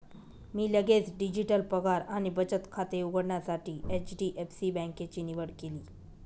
मी लगेच डिजिटल पगार आणि बचत खाते उघडण्यासाठी एच.डी.एफ.सी बँकेची निवड केली